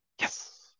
Yes